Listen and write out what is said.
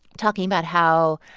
talking about how,